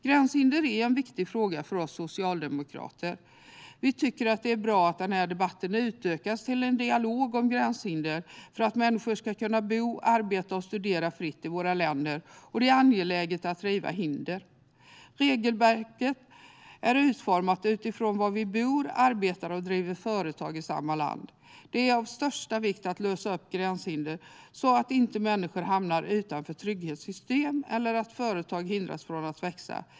Gränshinder är en viktig fråga för oss socialdemokrater. Det är bra att den här debatten har utökats till en dialog om gränshinder. För att människor ska kunna bo, arbeta och studera fritt i våra länder är det angeläget att riva hinder. Regelverket är utformat utifrån att vi bor, arbetar och driver företag i samma land. Det är av största vikt att lösa upp gränshinder för att människor inte ska hamna utanför trygghetssystemen och för att företag inte ska hindras från att växa.